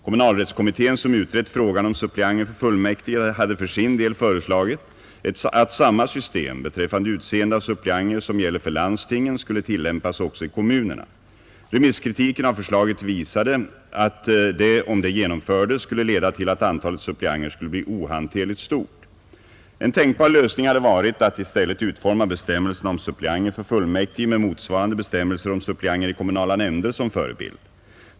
Kommunalrättskommittén, som utrett frågan om suppleanter för fullmäktige, hade för sin del föreslagit att samma system beträffande utseende av suppleanter som gäller för landstingen skulle tillämpas också i kommunerna. Remisskritiken av förslaget visade att det, om det genomfördes, skulle leda till att antalet suppleanter skulle bli ohanterligt stort. En tänkbar lösning hade varit att i stället utforma bestämmelserna om suppleanter för fullmäktige med motsvarande bestämmelser om suppleanter i kommunala nämnder som förebild.